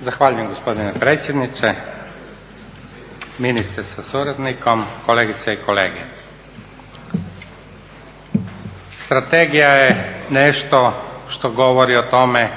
Zahvaljujem gospodine predsjedniče, ministre sa suradnikom, kolegice i kolege. Strategija je nešto što govori o tome